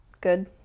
Good